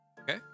Okay